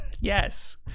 Yes